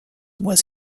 was